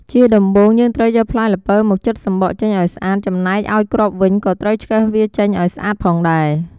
ជាដំំំបូង យើងត្រូវយកផ្លែល្ពៅមកចិតសំបកចេញឲ្យស្អាត ចំណែកឲ្យគ្រាប់វិញក៏ត្រូវឆ្កឹះវាចេញឲ្យស្អាតផងដែរ។